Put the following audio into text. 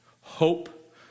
Hope